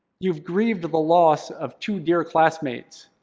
you've grieved the loss of two dear classmates,